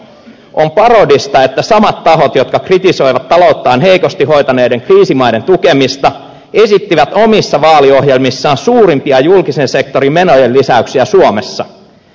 on parodista että samat tahot jotka kritisoivat talouttaan heikosti hoitaneiden kriisimaiden tukemista esittivät omissa vaaliohjelmissaan suurimpia julkisen sektorin menojen lisäyksiä suomessa